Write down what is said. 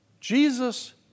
Jesus